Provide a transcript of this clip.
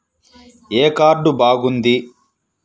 ఏ card బాగుంది?